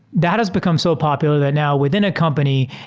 that has become so popular that now within a company,